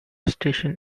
station